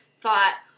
thought